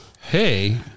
Hey